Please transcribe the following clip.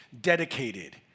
dedicated